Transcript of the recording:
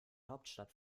hauptstadt